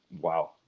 wow